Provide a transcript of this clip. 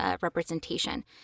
representation